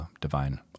divine